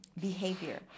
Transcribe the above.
behavior